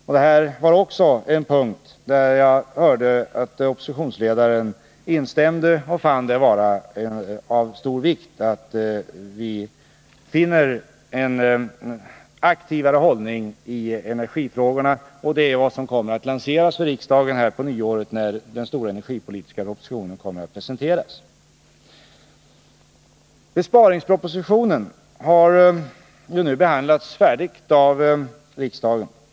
På den punkten instämde oppositionsledaren när han sade att det var av stor vikt att vi får större aktivitet när det gäller energifrågorna. Det är också vad som kommer att lanseras för riksdagen när den stora energipolitiska propositionen presenteras efter nyår. Besparingspropositionen har nu behandlats färdigt av riksdagen.